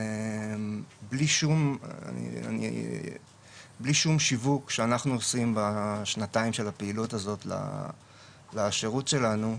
בלי שום שיווק שאנחנו עושים בשנתיים של הפעילות הזאת לשירות שלנו,